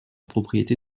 propriété